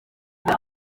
dore